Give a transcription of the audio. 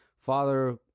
father